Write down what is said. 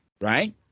right